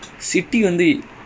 ya